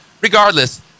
Regardless